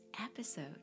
episode